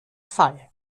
fall